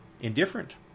indifferent